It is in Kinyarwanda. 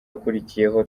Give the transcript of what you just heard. wakurikiye